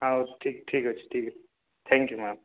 ହଉ ଠିକ ଠିକ୍ ଅଛି ଠିକ୍ ଅଛି ଥ୍ୟାଙ୍କ୍ ୟୁ ମ୍ୟାମ୍